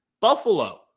Buffalo